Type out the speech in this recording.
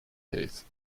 case